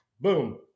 boom